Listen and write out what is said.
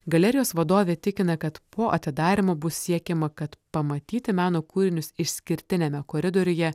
galerijos vadovė tikina kad po atidarymo bus siekiama kad pamatyti meno kūrinius išskirtiniame koridoriuje